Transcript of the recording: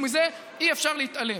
ומזה אי-אפשר להתעלם.